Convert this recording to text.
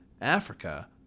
Africa